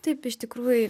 taip iš tikrųj